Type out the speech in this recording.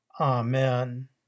Amen